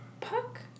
Puck